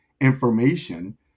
information